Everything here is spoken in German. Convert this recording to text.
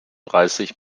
dreißig